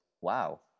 Wow